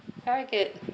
very good